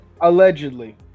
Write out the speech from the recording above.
Allegedly